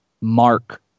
mark